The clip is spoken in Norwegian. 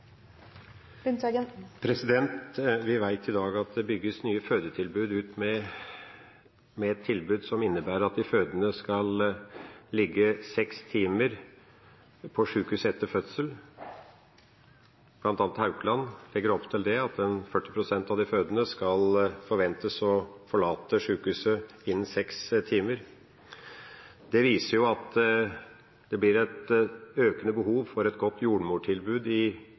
nye fødetilbud som innebærer at de fødende skal ligge seks timer på sykehus etter fødsel. Blant annet legger Haukeland sykehus opp til at 40 pst. av de fødende forventes å forlate sykehuset innen seks timer. Det viser at det blir et økende behov for et godt jordmortilbud i